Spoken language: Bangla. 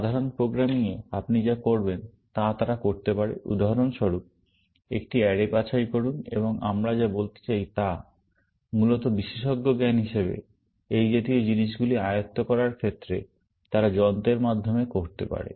সাধারণ প্রোগ্রামিং এ আপনি যা করবেন তা তারা করতে পারে উদাহরণস্বরূপ একটি অ্যারে বাছাই করুন এবং আমরা যা বলতে চাই তা মূলত বিশেষজ্ঞ জ্ঞান হিসাবে এই জাতীয় জিনিসগুলি আয়ত্ত করার ক্ষেত্রে তারা যন্ত্রের মাধ্যমে করতে পারে